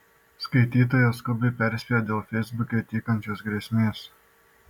skaitytoja skubiai perspėja dėl feisbuke tykančios grėsmės